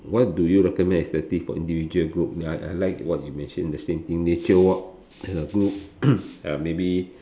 what do you recommend as active for individual group that I I like what you mention the same thing nature walk then the group uh maybe